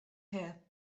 here